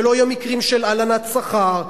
שלא יהיו מקרים של הלנת שכר,